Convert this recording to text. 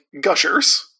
Gushers